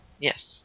Yes